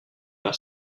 par